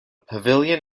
pavilion